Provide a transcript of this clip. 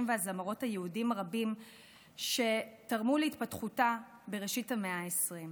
והזמרות היהודים הרבים שתרמו להתפתחותה בראשית המאה ה-20.